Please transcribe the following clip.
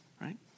Right